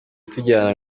tujyana